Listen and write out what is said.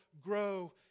grow